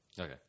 okay